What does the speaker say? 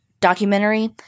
documentary